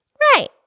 Right